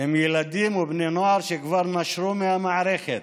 הם ילדים ובני הנוער שכבר נשרו מהמערכת,